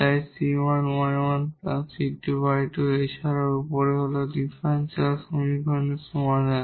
তাই 𝑐1𝑦1 𝑐2𝑦2 এছাড়াও উপরে হল ডিফারেনশিয়াল সমীকরণের সমাধান